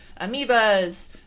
amoebas